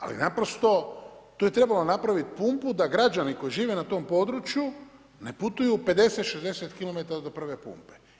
Ali naprosto tu je trebalo napraviti pumpu da građani koji žive na tom području ne putuju 50, 60 km do prve pumpe.